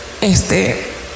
este